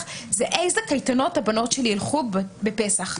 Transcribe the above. הוא לאילו קייטנות הבנות שלי ילכו בפסח.